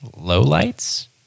lowlights